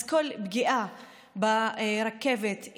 אז כל פגיעה ברכבת,